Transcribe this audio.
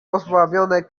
pozbawione